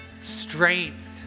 strength